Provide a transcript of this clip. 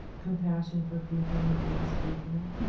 compassion for people who have lost people